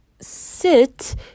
sit